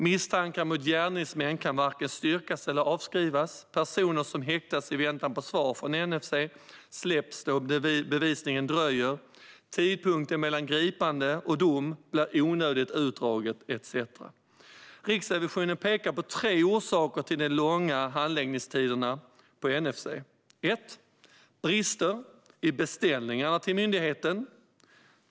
Misstankar mot gärningsmän kan varken styrkas eller avskrivas, personer som häktats i väntan på svar från NFC släpps då bevisningen dröjer, tidsperioden mellan gripande och dom blir onödigt utdragen etcetera. Riksrevisionen pekar på tre orsaker till de långa handläggningstiderna på NFC: Det finns brister i beställningarna till myndigheten.